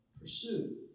pursue